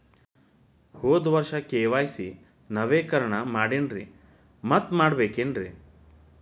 ಹೋದ ವರ್ಷ ಕೆ.ವೈ.ಸಿ ನವೇಕರಣ ಮಾಡೇನ್ರಿ ಮತ್ತ ಮಾಡ್ಬೇಕೇನ್ರಿ?